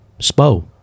Spo